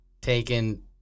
taken